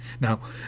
Now